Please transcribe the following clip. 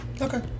Okay